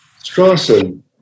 Strawson